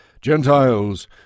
Gentiles